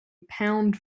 pound